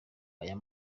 aya